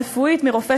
רק רגע.